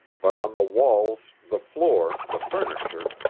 but on the walls, the floor, the furniture,